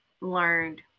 learned